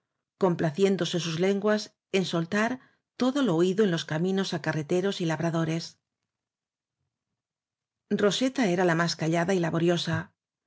ciéndose sus lenguas en soltar todo lo oído en los caminos á carreteros y labradores roseta era la más callada y laboriosa